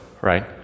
right